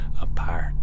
apart